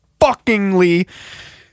fuckingly